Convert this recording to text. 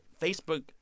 Facebook